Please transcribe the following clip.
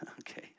Okay